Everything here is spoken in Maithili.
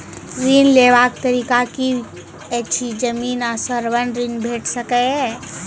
ऋण लेवाक तरीका की ऐछि? जमीन आ स्वर्ण ऋण भेट सकै ये?